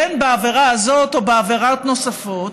בין בעבירה הזאת ובין בעבירות נוספות,